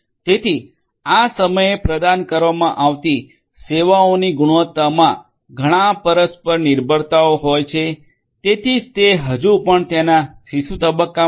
તેથી આ સમયે પ્રદાન કરવામાં આવતી સેવાઓની ગુણવત્તામાં ઘણાં પરસ્પર નિર્ભરતાઓ હોય છે તેથી જ તે હજી પણ તેના શિશુ તબક્કામાં છે